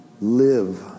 live